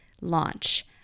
launch